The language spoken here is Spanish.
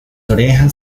orejas